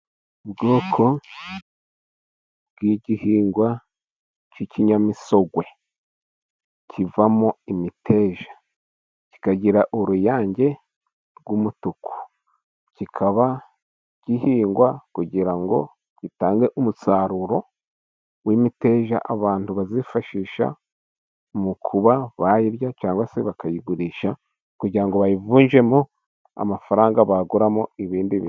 Ubwoko bw'igihingwa cy'ikinyamisogwe, kivamo imiteja, kikagira uruyange rw'umutuku, kikaba gihingwa kugira ngo gitange umusaruro w'imiteja, abantu bazifashisha mu kuba bayirya, cyangwa se bakayigurisha, kugira ngo bayivunjemo amafaranga baguramo ibindi bintu.